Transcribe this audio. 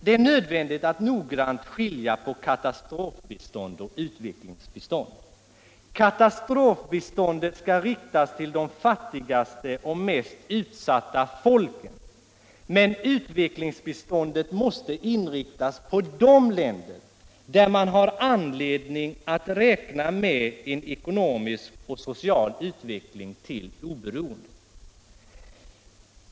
Det är nödvändigt att noggrant skilja på katastrofbistånd och utvecklingsbistånd. Katastrofbiståndet skall riktas till de fattigaste och mest utsatta folken, men utvecklingsbiståndet måste inriktas på de länder där man har anledning att räkna med en ekonomisk och social utveckling till oberoende.